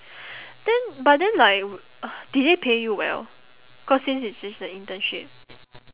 then but then like uh did they pay you well cause since it's just an internship